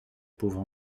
pauvre